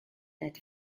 that